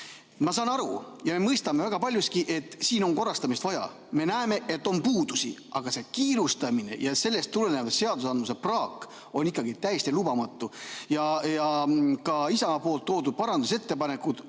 Ma saan aru ja me mõistame väga paljuski, et siin on korrastamist vaja, me näeme, et on puudusi, aga see kiirustamine ja sellest tulenev seadusandlik praak on ikkagi täiesti lubamatu. Ka Isamaa parandusettepanekud on